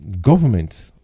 Government